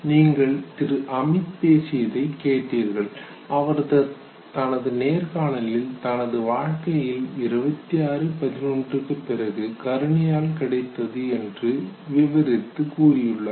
நீங்கள் திரு அமித் பேசியதை கேட்டீர்கள் அவர் தனது நேர்காணலில் தனது வாழ்க்கையில் 2611 க்கு பிறகு கருணையால் கிடைத்தது என்று விவரித்து கூறியுள்ளார்